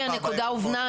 הנקודה הובנה.